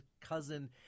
cousin